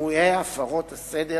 אירועי הפרות הסדר